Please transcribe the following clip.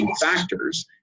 factors